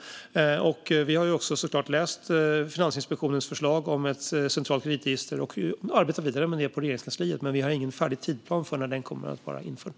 Vi har såklart också läst Finansinspektionens förslag om ett centralt kreditregister och arbetar vidare med det på Regeringskansliet, men vi har ingen färdig tidsplan för när det kommer att vara infört.